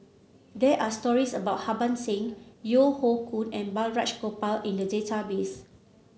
there are stories about Harbans Singh Yeo Hoe Koon and Balraj Gopal in the database